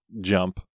jump